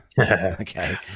Okay